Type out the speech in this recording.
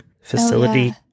facility